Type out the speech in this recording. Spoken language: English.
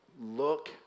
look